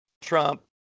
Trump